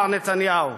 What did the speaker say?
מר נתניהו.